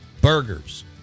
Burgers